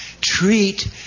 Treat